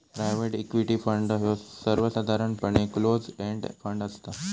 private equity fund ह्यो सर्वसाधारणपणे close end fund असता